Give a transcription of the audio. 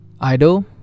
idol